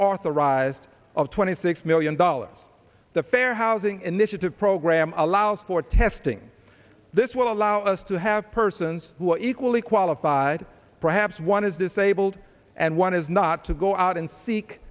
authorized of twenty six million dollars the fair housing initiative program allows for testing this will allow us to have persons who are equally qualified perhaps one is disabled and one is not to go out and seek